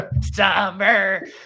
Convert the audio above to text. Summer